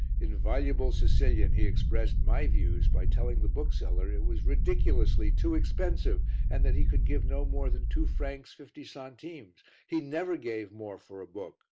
in voluble sicilian he expressed my views by telling the bookseller it was ridiculously too expensive and that he could give no more than two francs fifty centimes he never gave more for a book.